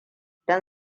don